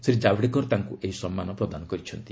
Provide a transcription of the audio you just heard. ଶ୍ରୀ ଜାବ୍ଡେକର ତାଙ୍କ ଏହି ସମ୍ମାନ ପ୍ରଦାନ କରିଛନ୍ତି